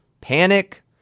panic